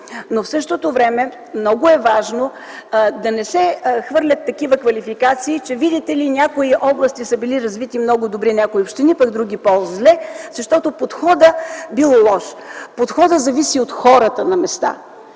Но в същото време много е важно да не се хвърлят такива квалификации, че, видите ли, някои области са били развити много добре в някои общини, а други – по-зле, защото подходът бил лош. Подходът зависи от хората по места.